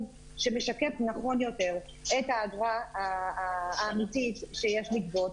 שמשקף נכון יותר את האגרה האמיתית שיש לגבות,